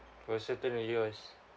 for a certain of years